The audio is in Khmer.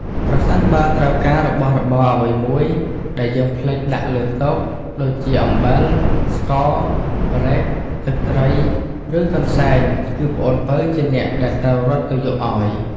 ប្រសិនបើត្រូវការរបស់របរអ្វីមួយដែលយើងភ្លេចដាក់លើតុ ដូចជាអំបិល ស្ករ ម្រេច ទឹកត្រី ឬកន្សែង គឺប្អូនពៅជាអ្នកដែលត្រូវរត់ទៅយកអោយ។